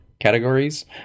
categories